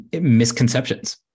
misconceptions